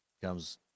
comes